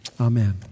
amen